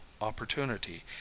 opportunity